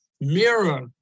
mirror